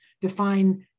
define